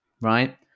right